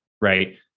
Right